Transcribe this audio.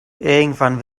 irgendwann